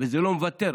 וזה לא מוותר.